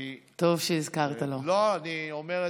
אנחנו לא יכולים